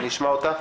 אני אשמע אותה.